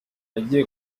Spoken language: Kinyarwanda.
yagiye